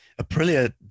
aprilia